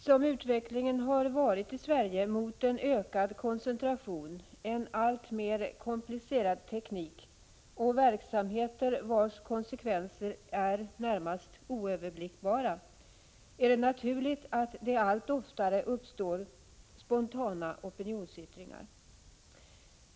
Som utvecklingen har varit i Sverige mot en ökad koncentration, en alltmer komplicerad teknik och verksamheter vars konsekvenser är oöverblickbara, är det naturligt att det allt oftare uppstår spontana opinionsyttringar.